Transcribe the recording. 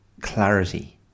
clarity